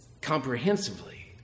comprehensively